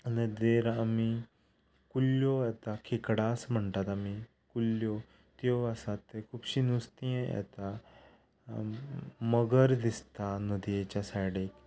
नदेर आमी कुल्ल्यो येता खेकडा आसा म्हणटात आमी कुल्ल्यो त्यो आसात थंय खुबशीं नुस्तीं येता मगर दिसता नदयेच्या सायडीक